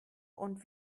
und